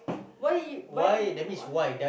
why why why